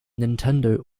nintendo